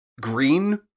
green